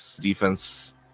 Defense